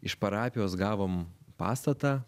iš parapijos gavom pastatą